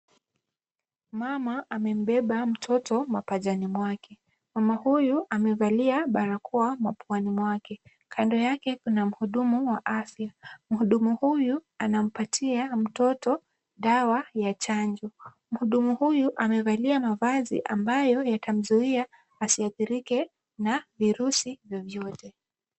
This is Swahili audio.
Mama amembeba mtoto mapajani mwake. Mama huyu amevalia barakoa mapuani mwake. Kando yake kuna muhudumu wa afya. Muhudumu huyu anampatia mtoto dawa ya chanjo. Muhudumu huyu amevalia mavazi ambayo yatamzuia asiadhirike na virusi vyovyote.